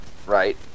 Right